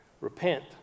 Repent